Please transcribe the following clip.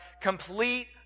Complete